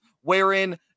wherein